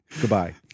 Goodbye